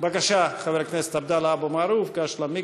הבריאות חבר הכנסת יעקב ליצמן להגיע לכאן